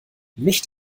nicht